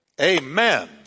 amen